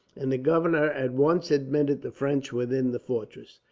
and the governor at once admitted the french within the fortress.